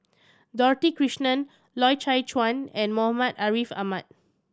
Dorothy Krishnan Loy Chye Chuan and Muhammad Ariff Ahmad